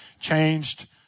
changed